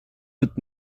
wird